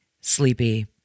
sleepy